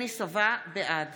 בעד